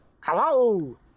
Hello